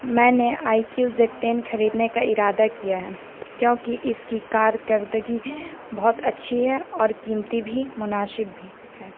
میں نے I Q Z ten خریدنے کا ارادہ کیا ہے کیونکہ اس کی کارکردگی بہت اچھی ہے اور قیمتی بھی مناسب بھی ہے